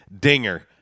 dinger